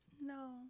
No